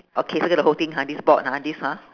okay circle the whole thing ha this board ha this ha